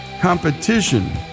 Competition